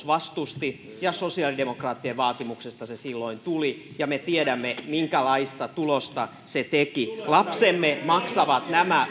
vastusti ja sosiaalidemokraattien vaatimuksesta se silloin tuli ja me tiedämme minkälaista tulosta se teki lapsemme maksavat nämä